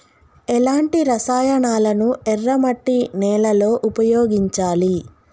ఎలాంటి రసాయనాలను ఎర్ర మట్టి నేల లో ఉపయోగించాలి?